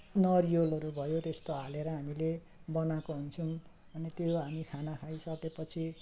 नरियलहरू भयो त्यस्तो हालेर हामीले बनाएको हुन्छौँ अनि त्यो हामी खाना खाइसकेपछि